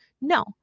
No